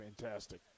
fantastic